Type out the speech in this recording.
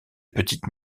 petites